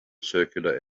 circular